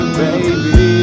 baby